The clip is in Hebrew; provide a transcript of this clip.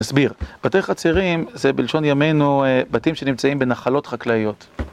מסביר, בתי חצרים זה בלשון ימינו בתים שנמצאים בנחלות חקלאיות